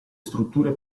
strutture